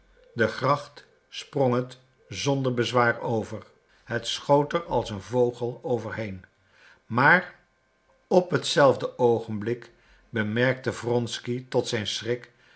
de gracht sprong het zonder bezwaar over het schoot er als een vogel over heen maar op hetzelfde oogenblik bemerkte wronsky tot zijn schrik